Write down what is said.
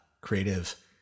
creative